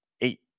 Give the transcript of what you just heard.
eight